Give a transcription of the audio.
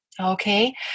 Okay